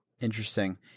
Interesting